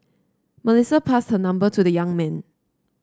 Melissa passed her number to the young man